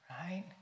right